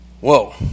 Whoa